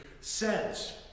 says